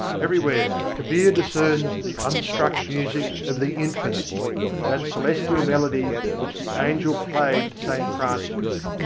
everywhere kabir discerns the unstruck music of the infinite that celestial melody which the angel played to st. francis,